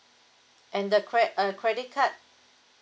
and the cred~ err credit card